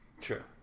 True